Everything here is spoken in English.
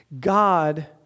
God